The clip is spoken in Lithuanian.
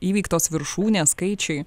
įveiktos viršūnės skaičiai